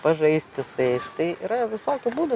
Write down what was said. pažaisti su jais tai yra visokių būdų